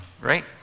right